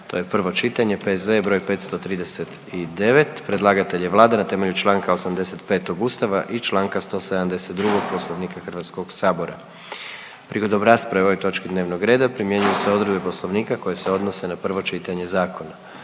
prvo čitanje, P.Z.E. br. 539. Predlagatelj je Vlada na temelju čl. 85. Ustava i čl. 172. Poslovnika HS-a. Prigodom rasprave o ovoj točki dnevnog reda primjenjuju se odredbe Poslovnika koje se odnose na prvo čitanje zakona.